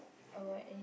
about any~